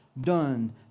done